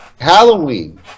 Halloween